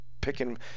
picking